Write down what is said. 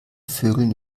vögeln